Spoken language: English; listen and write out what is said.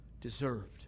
deserved